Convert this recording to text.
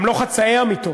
גם לא חצאי אמיתות,